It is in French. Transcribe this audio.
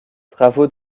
travaux